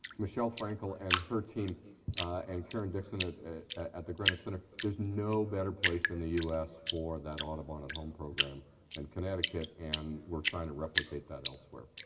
michelle frankel and her team and karen dixon at at the greenwich center, there's no better place in the u s. for that audubon at home program than and connecticut and we're trying to replicate that elsewhere.